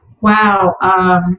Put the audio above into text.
Wow